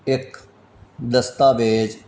ਇੱਕ ਦਸਤਾਵੇਜ਼